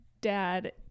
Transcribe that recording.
dad